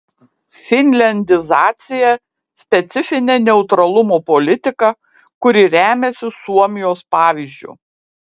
finliandizacija specifinė neutralumo politika kuri remiasi suomijos pavyzdžiu